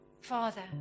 Father